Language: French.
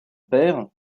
père